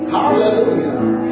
Hallelujah